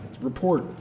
report